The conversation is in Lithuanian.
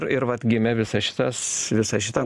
ir vat gimė visas šitas visa šita